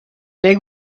they